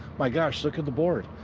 my gosh, look at the board,